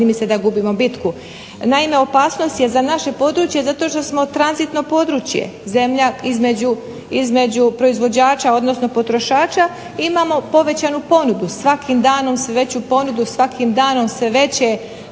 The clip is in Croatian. Naime, opasnost je za naše područje zato što smo tranzitno područje, zemlja između proizvođača odnosno potrošača, imao povećanu ponudu, svakim danom sve veću ponudu, svakim danom sve veće